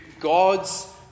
God's